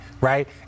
right